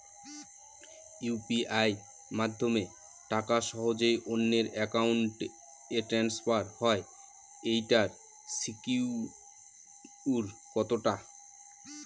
UPI মাধ্যমে টাকা সহজেই অন্যের অ্যাকাউন্ট ই ট্রান্সফার হয় এইটার সিকিউর কত টা?